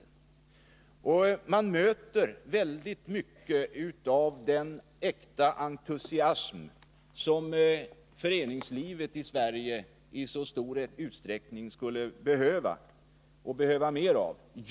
I dessa närradioföreningar finns väldigt mycket av den äkta entusiasm som föreningslivet i Sverige i så stor utsträckning skulle behöva mer av.